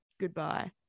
Goodbye